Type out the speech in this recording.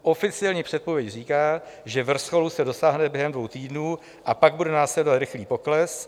Oficiální předpověď říká, že vrcholu se dosáhne během dvou týdnů a pak bude následovat rychlý pokles.